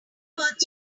words